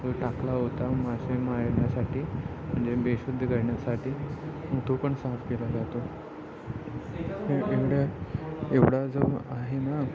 तो टाकला होता मासे मारण्यासाठी म्हणजे बेशुद्ध करण्यासाठी मग तो पण साफ केला जातो ए एवढ्या एवढा जो आहे ना